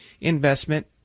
investment